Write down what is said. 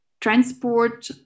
transport